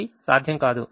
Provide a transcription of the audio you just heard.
అది సాధ్యం కాదు